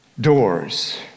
doors